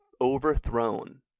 overthrown